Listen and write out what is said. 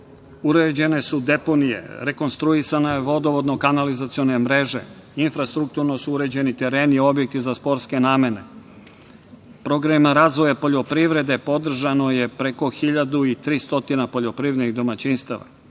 Uređene su deponije, rekonstruisana je vodovodno kanalizaciona mreža, infrastrukturno su uređeni tereni, objekti za sportske namene. Programima razvoja poljoprivrede podržano je preko 1.300 poljoprivrednih domaćinstava,